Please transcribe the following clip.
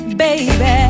baby